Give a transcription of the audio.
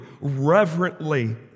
reverently